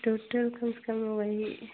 total कम से कम वही